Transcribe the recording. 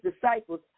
disciples